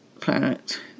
planet